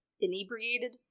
inebriated